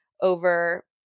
over